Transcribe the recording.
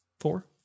Four